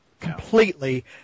completely